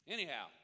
Anyhow